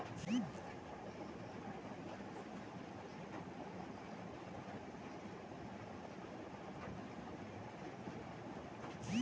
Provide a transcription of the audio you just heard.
Bank ছাড়া অন্য financial থাকি লোন নিলে কতটাকা বেশি দিবার নাগে?